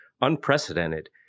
unprecedented